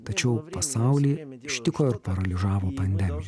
tačiau pasaulį ištiko ir paralyžavo pandemija